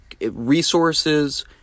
resources